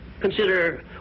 consider